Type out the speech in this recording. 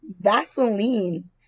Vaseline